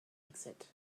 exit